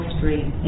Street